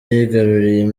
yigaruriye